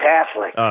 Catholic